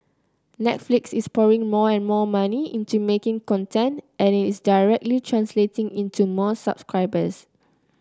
Netflix is pouring more and more money into making content and it is directly translating into more subscribers